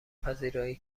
پذیرایی